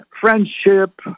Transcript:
friendship